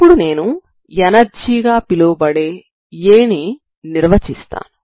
ఇప్పుడ నేను ఎనర్జీ గా పిలవబడే a ని నిర్వచిస్తాను